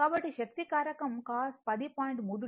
కాబట్టి శక్తి కారకం cos 10